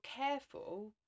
careful